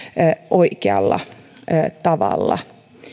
oikealla tavalla